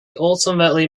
ultimately